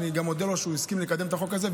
ואני מודה לו שהוא הסכים לקדם את החוק הזה.